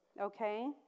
Okay